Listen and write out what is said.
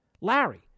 Larry